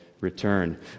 return